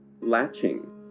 latching